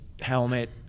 Helmet